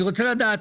אני רוצה לדעת,